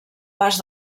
pas